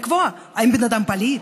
לקבוע האם בן אדם פליט,